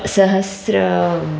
सहस्रं